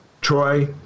troy